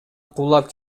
кулап